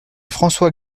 françois